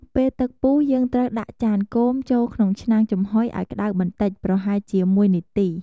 ពេលទឹកពុះ យើងត្រូវដាក់ចានគោមចូលក្នុងឆ្នាំងចំហុយឱ្យក្ដៅបន្តិច ប្រហែលជា ១ នាទី។